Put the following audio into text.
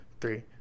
three